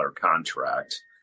contract